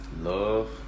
Love